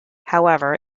however